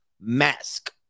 mask